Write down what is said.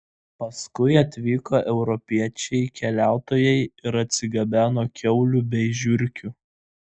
paskui atvyko europiečiai keliautojai ir atsigabeno kiaulių bei žiurkių